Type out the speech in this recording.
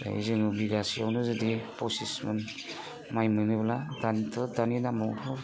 जोङो बिगासेयावनो जुदि फसिसमन माइ मोनोब्ला दानिथ' दानि दामावथ'